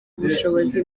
ubushobozi